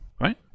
right